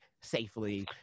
safely